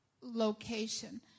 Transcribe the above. location